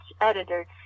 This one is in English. editor